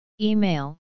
Email